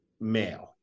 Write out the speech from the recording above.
male